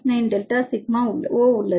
9 delta sigma O plus உள்ளது